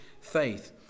faith